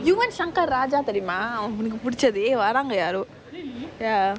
you want yuvan shankar raja தெரியுமா உனக்கு பிடிக்காது வராங்க யாரோ:teriyuma unnaku pidichathu varaanga yaaro ya